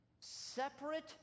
separate